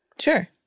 Sure